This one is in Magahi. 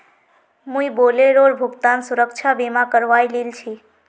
मुई बोलेरोर भुगतान सुरक्षा बीमा करवइ लिल छि